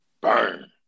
burn